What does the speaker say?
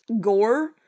gore